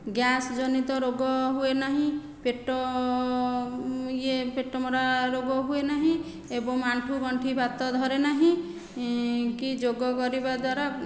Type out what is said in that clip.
gas ଜନିତ ରୋଗ ହୁଏ ନାହିଁ ପେଟ ୟେ ପେଟ ମରା ରୋଗ ହୁଏ ନାହିଁ ଏବଂ ଆଣ୍ଠୁ ଗଣ୍ଠି ବାତ ଧରେ ନାହିଁ କି ଯୋଗ କରିବା ଦ୍ୱାରା